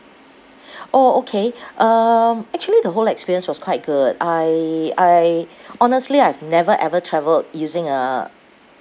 orh okay um actually the whole experience was quite good I I honestly I've never ever travelled using a